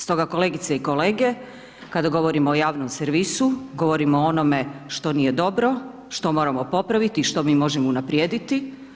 Stoga kolegice i kolege kada govorimo o javnom servisu, govorimo o onome što nije dobro, što moramo popraviti i što mi možemo unaprijediti.